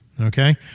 Okay